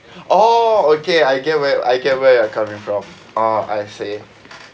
orh okay I get where I get where you're coming from orh I see